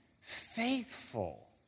faithful